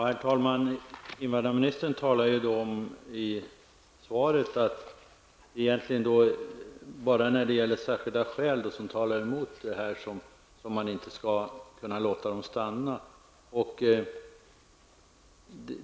Herr talman! Invandrarministern säger i svaret att bara när särskilda skäl talar emot skall man inte låta dem stanna.